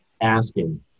asking